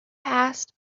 passed